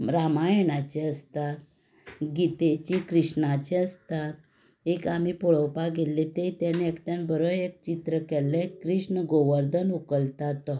रामायणाचें आसता गितेचीं कृष्णाचीं आसतात एक आमी पळोवपाक गेल्ले ते तेणें एकट्यान बरो एक चित्र केल्लें कृष्ण गोवर्धन उखलता तो